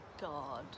God